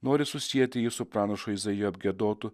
nori susieti jį su pranašo izaijo apgiedotu